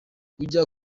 ujya